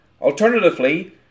Alternatively